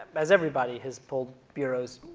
as everybody has pulled bureaus,